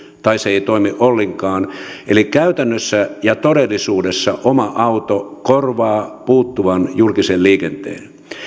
tai ei toimi ollenkaan eli käytännössä ja todellisuudessa oma auto korvaa puuttuvan julkisen liikenteen